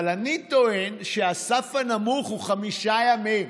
אבל אני טוען שהסף הנמוך הוא חמישה ימים.